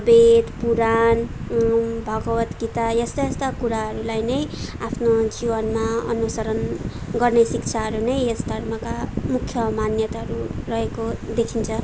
वेद पुराण भागवत् गीता यस्ता यस्ता कुराहरूलाई नै आफ्नो जीवनमा अनुसरण गर्ने शिक्षाहरू नै यस धर्मका मुख्य मान्यताहरू रहेको देखिन्छ